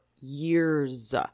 years